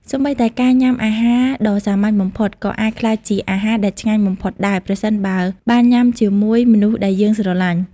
សូម្បីតែការញ៉ាំអាហារដ៏សាមញ្ញបំផុត ក៏អាចក្លាយជាអាហារដែលឆ្ងាញ់បំផុតដែរ ប្រសិនបើវបានញ៉ាំជាមួយមនុស្សដែលយើងស្រឡាញ់។